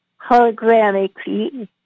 hologramically